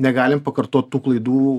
negalim pakartot tų klaidų